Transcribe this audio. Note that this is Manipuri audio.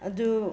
ꯑꯗꯨ